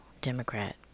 Democrat